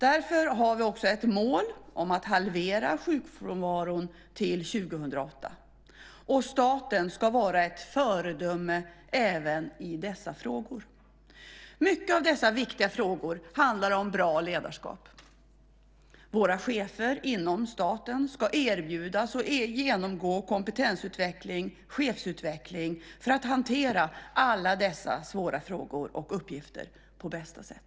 Därför har vi också ett mål att halvera sjukfrånvaron till 2008. Staten ska vara ett föredöme även i dessa frågor. Mycket av dessa viktiga frågor handlar om bra ledarskap. Våra chefer inom staten ska erbjudas och genomgå kompetensutveckling, chefsutveckling, för att hantera alla dessa svåra frågor och uppgifter på bästa sätt.